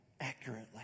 accurately